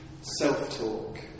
self-talk